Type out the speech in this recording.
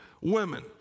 women